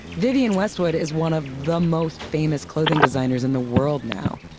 vivienne westwood is one of the most famous clothing designers in the world now.